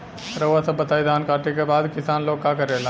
रउआ सभ बताई धान कांटेके बाद किसान लोग का करेला?